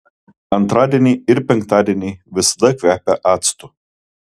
antradieniai ir penktadieniai visada kvepia actu